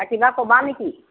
আৰু কিবা ক'বা নেকি